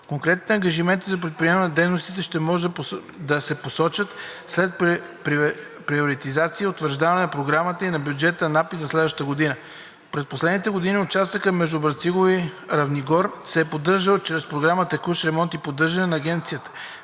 Конкретните ангажименти за предприемане на дейностите ще могат да се посочат след приоритизация и утвърждаване на програмата и на бюджета на АПИ за следващата годна. През последните години участъкът между Брацигово и Равногор се е поддържал чрез програма „Текущ ремонт и поддържане“ на Агенцията.